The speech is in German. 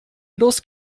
los